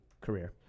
career